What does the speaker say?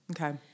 Okay